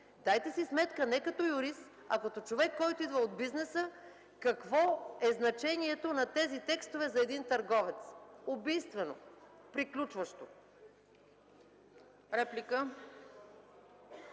Дайте си сметка не като юрист, а като човек, който идва от бизнеса, какво е значението на тези текстове за един търговец. Убийствено, приключващо!